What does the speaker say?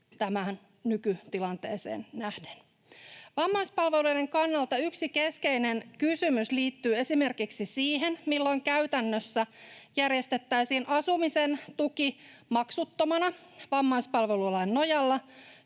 nykytilanteeseen nähden. Vammaispalveluiden kannalta yksi keskeinen kysymys liittyy esimerkiksi siihen, milloin käytännössä järjestettäisiin asumisen tuki maksuttomana vammaispalvelulain nojalla,